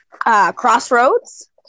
Crossroads